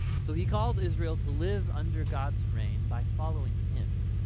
so he called israel to live under god's reign by following him,